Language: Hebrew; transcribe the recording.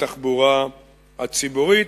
בתחבורה הציבורית.